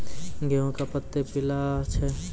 गेहूँ के पत्ता पीला छै?